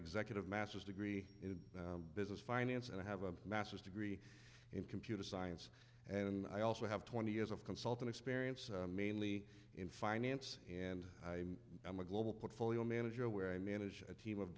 executive master's degree in business finance and i have a master's degree in computer science and i also have twenty years of consulting experience mainly in finance and i am a global portfolio manager where i manage a team of